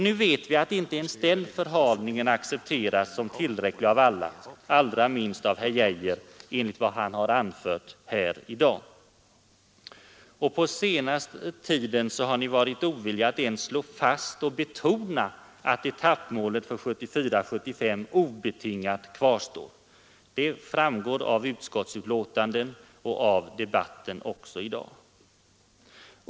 Nu vet vi att inte ens den förhalningen accepteras som tillräcklig av alla, allra minst av herr Arne Geijer enligt vad han nyss anfört. På den senaste tiden har ni socialdemokrater varit ovilliga att ens slå fast och betona att etappmålet för 1974/75 obetingat kvarstår. Det framgår av utskottsbetänkanden och av debatten i dag.